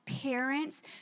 parents